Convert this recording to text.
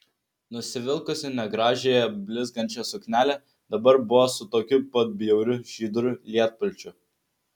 nusivilkusi negražiąją blizgančią suknelę dabar buvo su tokiu pat bjauriu žydru lietpalčiu